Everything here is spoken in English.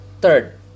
third